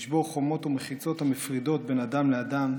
לשבור חומות ומחיצות המפרידות בין אדם לאדם,